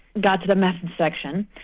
got to the method section,